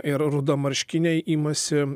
ir rudamarškiniai imasi